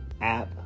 app